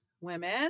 Women